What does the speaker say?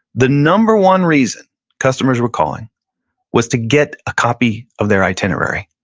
the number one reason customers were calling was to get a copy of their itinerary.